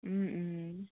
ও ও